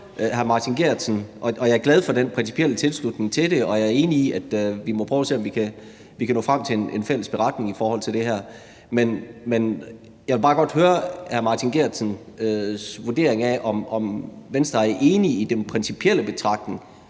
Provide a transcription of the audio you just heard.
Jeg er glad for den principielle tilslutning til det, og jeg er enig i, at vi må prøve at se, om vi kan nå frem til en fælles beretning i forhold til det her, men jeg vil bare godt høre hr. Martin Geertsens vurdering af, om Venstre er enige i den principielle betragtning,